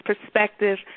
Perspective